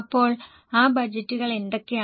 അപ്പോൾ ആ ബജറ്റുകൾ എന്തൊക്കെയാണ്